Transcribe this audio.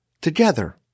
together